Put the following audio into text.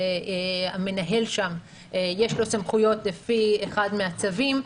למנהל שם יש סמכויות לפי אחד מהצווים.